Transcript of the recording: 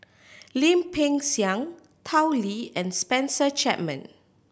Lim Peng Siang Tao Li and Spencer Chapman